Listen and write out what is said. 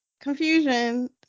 confusion